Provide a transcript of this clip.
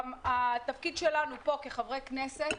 התפקיד שלנו פה כחברי הכנסת,